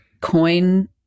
coin